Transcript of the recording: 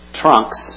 trunks